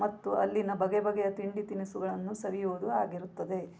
ಮತ್ತು ಅಲ್ಲಿನ ಬಗೆಬಗೆಯ ತಿಂಡಿ ತಿನಿಸುಗಳನ್ನು ಸವಿಯುವುದು ಆಗಿರುತ್ತದೆ